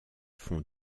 font